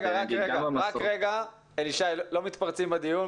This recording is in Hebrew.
אלי שי, לא להתפרץ לדיון.